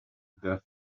their